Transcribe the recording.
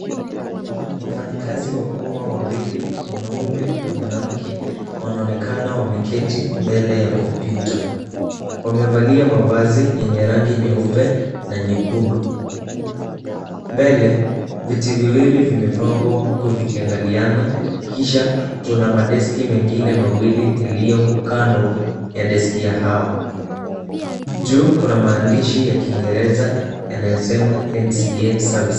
Wafanyikazi wa umma wawili, mwanaume na mwanamke wanaonekana wameketi mbele ya kompyuta. Wamevalia mavazi yenye rangi nyeupe na nyekundu. Mbele, viti viwili vimepangwa huku vikiangaliana kisha kuna madeski mengine mawili yaliyomo kando ya deski ya hawa. Juu kuna maandishi ya kingereza yanayosema NCA services .